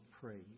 praise